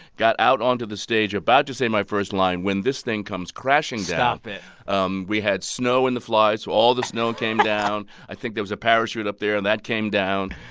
got out onto the stage about to say my first line when this thing comes crashing down stop it um we had snow in the fly, so all the snow came down i think there was a parachute up there. and that came down.